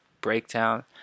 breakdown